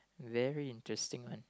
very interesting one